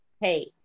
hey